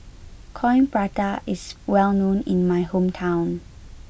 Coin Prata is well known in my hometown